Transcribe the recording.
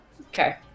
okay